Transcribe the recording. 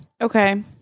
Okay